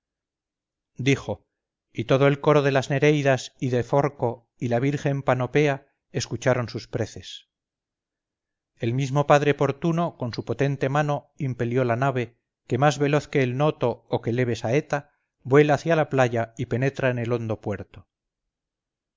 dijo y todo el coro de las nereidas y de forco y la virgen panopea escucharon sus preces el mismo padre portuno con su potente mano impelió la nave que más veloz que el noto o que leve saeta vuela hacia la playa y penetra en el hondo puerto